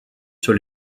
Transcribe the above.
sur